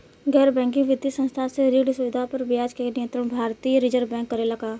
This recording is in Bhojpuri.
गैर बैंकिंग वित्तीय संस्था से ऋण सुविधा पर ब्याज के नियंत्रण भारती य रिजर्व बैंक करे ला का?